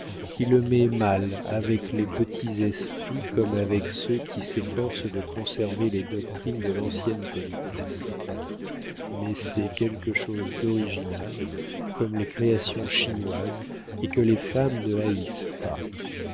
qui le met mal avec les petits esprits comme avec ceux qui s'efforcent de conserver les doctrines de l'ancienne politesse mais c'est quelque chose d'original comme les créations chinoises et que les femmes ne haïssent pas